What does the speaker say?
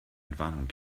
entwarnung